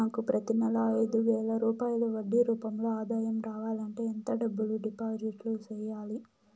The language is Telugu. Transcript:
నాకు ప్రతి నెల ఐదు వేల రూపాయలు వడ్డీ రూపం లో ఆదాయం రావాలంటే ఎంత డబ్బులు డిపాజిట్లు సెయ్యాలి?